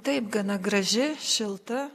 taip gana graži šilta